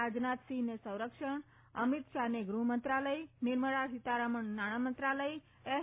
રાજનાથસિંહ સંરક્ષણ અમિત શાહ ગ્રહ મંત્રાલય નિર્મળા સીતારમન નાણા મંત્રાલય એસ